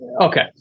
okay